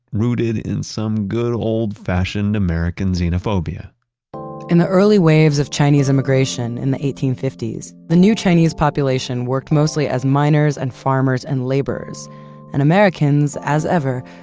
rooted in some good old-fashioned american xenophobia in the early waves of chinese immigration in the eighteen fifty s, the new chinese population worked mostly as miners and farmers and laborers and americans, as ever,